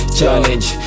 challenge